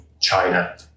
China